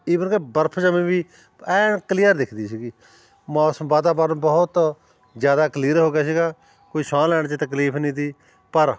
even ਕਿ ਬਰਫ ਜੰਮੀ ਵੀ ਐਨ ਕਲੀਅਰ ਦਿੱਖਦੀ ਸੀਗੀ ਮੌਸਮ ਵਾਤਾਵਰਨ ਬਹੁਤ ਜ਼ਿਆਦਾ ਕਲੀਅਰ ਹੋ ਗਿਆ ਸੀਗਾ ਕੋਈ ਸਾਹ ਲੈਣ 'ਚ ਤਕਲੀਫ ਨਹੀਂ ਸੀ ਪਰ